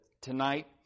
tonight